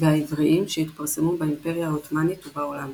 והעבריים שהתפרסמו באימפריה העות'מאנית ובעולם,